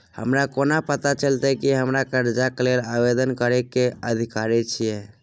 हमरा कोना पता चलतै की हम करजाक लेल आवेदन करै केँ अधिकारी छियै?